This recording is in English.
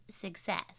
success